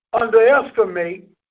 underestimate